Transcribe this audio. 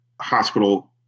hospital